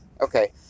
okay